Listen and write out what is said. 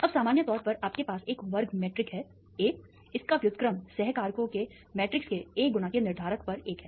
अब सामान्य तौर पर आपके पास एक वर्ग मीट्रिक a है इसका व्युत्क्रम सह कारकों के मैट्रिक्स के a गुणा के निर्धारक पर 1 है